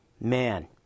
Man